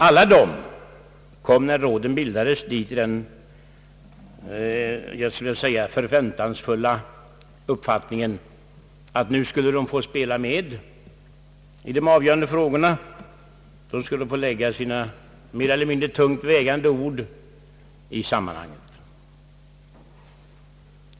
Alla dessa kom, när råden bildades, dit i den förväntansfulla uppfattningen att de nu skulle få spela med i de avgörande frågorna och få lägga sina mer eller mindre tungt vägande ord i sammanhanget.